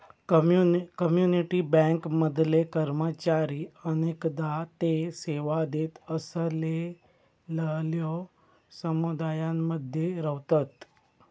community bank मधले कर्मचारी अनेकदा ते सेवा देत असलेलल्यो समुदायांमध्ये रव्हतत